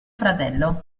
fratello